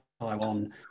Taiwan